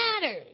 matters